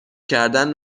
کردن